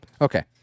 Okay